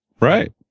Right